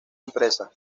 impresa